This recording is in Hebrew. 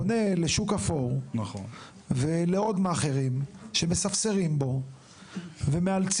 פונה לשוק אפור ולעוד מאעכרים שמספסרים בו ומאלצים